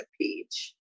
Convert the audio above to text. page